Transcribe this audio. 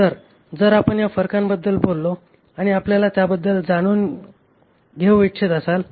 तर जर आपण या फरकांबद्दल बोललो आणि आपल्याला त्याबद्दल जाणून घेऊ इच्छित असाल